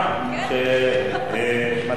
שמצא זמן,